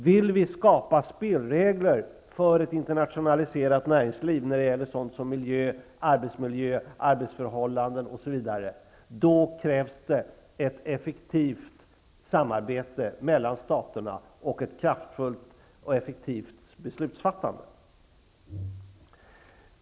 Vill vi skapa spelregler för ett internationaliserat näringsliv när det gäller sådana saker som miljö, arbetsmiljö, arbetsförhållanden osv., krävs det ett effektivt samarbete mellan staterna och ett kraftfullt och effektivt beslutsfattande.